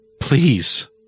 Please